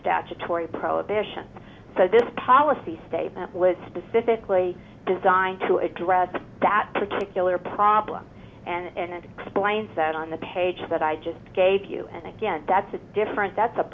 statutory prohibition but this policy statement was specifically designed to address that particular problem and it explains that on the page that i just gave you and again that's a different that's a